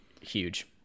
huge